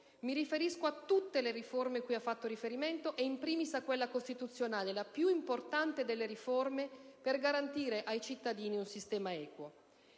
Mi riferisco a tutte le riforme cui ha fatto riferimento, *in primis* a quella costituzionale, la più importante delle riforme, per garantire ai cittadini un sistema equo.